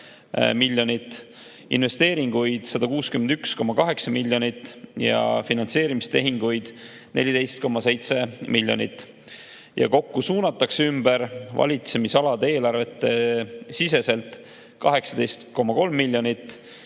investeeringuid 161,8 miljonit ja finantseerimistehinguid 14,7 miljonit. Kokku suunatakse ümber valitsemisalade eelarvete siseselt 18,3 miljonit,